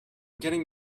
getting